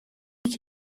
tout